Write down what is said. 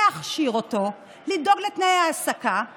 ככה הייתי מרגיש.